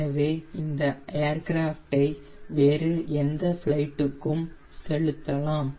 எனவே இந்த ஏர்கிராஃப்ட் ஐ வேறு எந்த ஃபிலைட் க்கும் செலுத்தலாம்